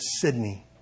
Sydney